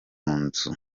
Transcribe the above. nzu